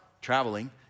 Traveling